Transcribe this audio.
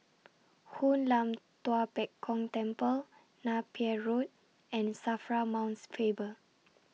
Hoon Lam Tua Pek Kong Temple Napier Road and SAFRA Mount Faber